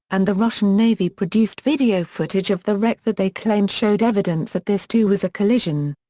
and the russian navy produced video footage of the wreck that they claimed showed evidence that this too was a collision.